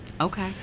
Okay